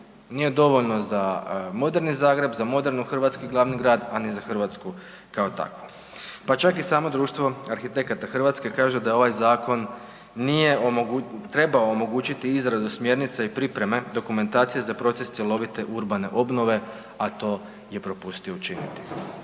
Nije dovoljno za moderni Zagreb, za moderni hrvatski glavni grad, a ni za Hrvatsku kao takvu. Pa čak i samo Društvo arhitekata Hrvatske kaže da je ovaj zakon, nije, trebao omogućiti izradu smjernice i pripreme dokumentacije za proces cjelovite urbane obnove, a to je propustio učiniti.